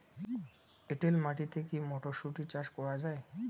এটেল মাটিতে কী মটরশুটি চাষ করা য়ায়?